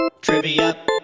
Trivia